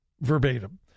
verbatim